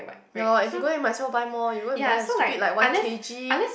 ya loh if you go there might as well buy more you go and buy a stupid like one K_G